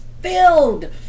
filled